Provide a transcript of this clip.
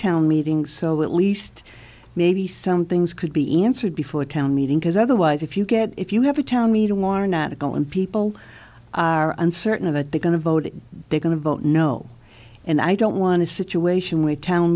town meeting so at least maybe some things could be answered before a town meeting because otherwise if you get if you have a town meeting water not go and people are uncertain of that they're going to vote they're going to vote no and i don't want a situation with town